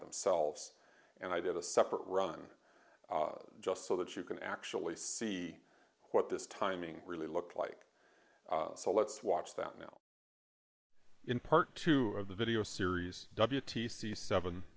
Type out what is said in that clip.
themselves and i did a separate run just so that you can actually see what this timing really looked like so let's watch that now in part two of the video series w t c seven